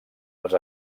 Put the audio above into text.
les